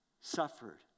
suffered